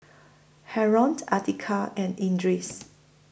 Haron Atiqah and Idris